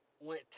went